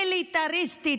מיליטריסטית,